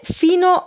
fino